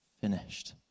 finished